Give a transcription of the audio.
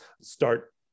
start